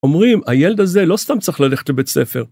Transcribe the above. אומרים, הילד הזה לא סתם צריך ללכת לבית ספר.